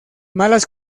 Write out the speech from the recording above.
malas